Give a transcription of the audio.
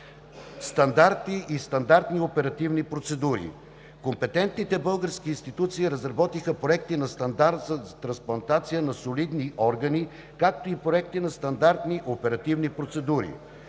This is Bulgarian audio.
Стандарти и стандартни оперативни процедури. Компетентните български институции разработиха проекти на стандарт за трансплантация на солидни органи, както и проекти на стандартни оперативни процедури.